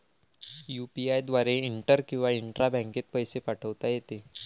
UPI द्वारे inter किंवा intra बँकेत पैसे पाठवता येते